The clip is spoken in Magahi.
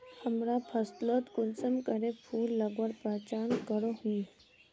हमरा फसलोत कुंसम करे फूल लगवार पहचान करो ही?